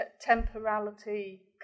temporality